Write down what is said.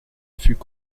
fut